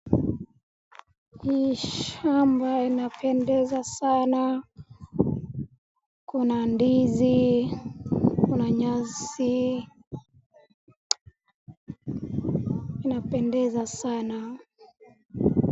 Hii shamba inapendeza sana, kuna ndizi ,kuna nyasi, inapendeza sana.